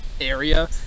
area